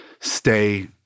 stay